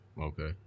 Okay